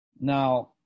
Now